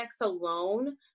alone